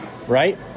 right